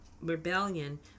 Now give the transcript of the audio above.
rebellion